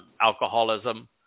alcoholism